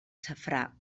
safrà